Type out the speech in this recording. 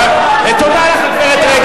אדוני היושב-ראש,